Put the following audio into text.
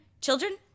children